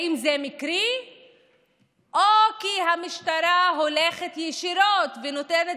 האם זה מקרי או כי המשטרה הולכת ישירות ונותנת